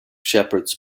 shepherds